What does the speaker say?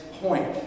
point